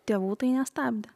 tėvų tai nestabdė